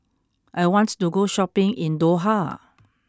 I want to go shopping in Doha